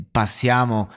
passiamo